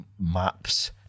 maps